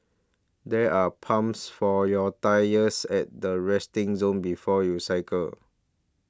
there are pumps for your tyres at the resting zone before you cycle